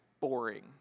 boring